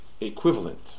equivalent